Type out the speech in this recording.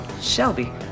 Shelby